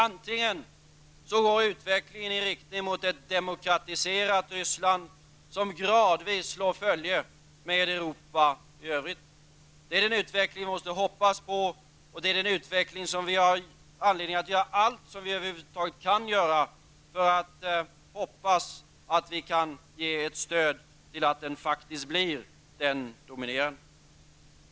Det ena är att utvecklingen går i riktning mot ett demokratiserat Ryssland, som gradvis slår följe med Europa i övrigt. Det är den utveckling som vi måste hoppas på och som vi har all anledning att göra allt som vi över huvud taget kan göra för att ge ett stöd.